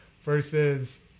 versus